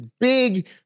big